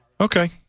Okay